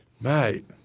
Mate